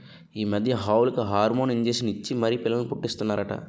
ఈ మధ్య ఆవులకు హార్మోన్ ఇంజషన్ ఇచ్చి మరీ పిల్లల్ని పుట్టీస్తన్నారట